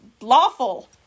lawful